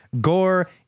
gore